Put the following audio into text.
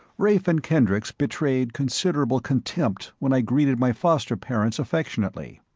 rafe and kendricks betrayed considerable contempt when i greeted my foster-parents affectionately.